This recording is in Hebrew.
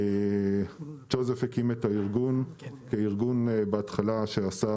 ג'וזף הקים את הארגון כארגון בהתחלה שעשה